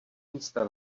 místa